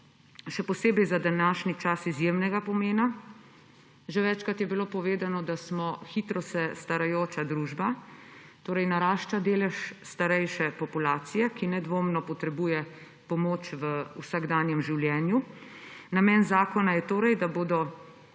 še posebej za današnji čas izjemnega pomena. Že večkrat je bilo povedano, da smo hitro se starajoča družba. Torej narašča delež starejše populacije, ki nedvomno potrebuje pomoč v vsakdanjem življenju. Namen zakona je torej, da bodo